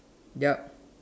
ya